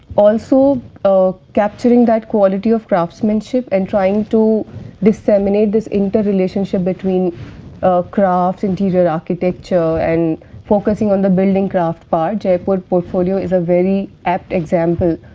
also capturing that quality of craftsmanship and trying to disseminate this inter relationship between craft, interior-architecture and focusing on the building crafts part, jeypore portfolio is a very apt example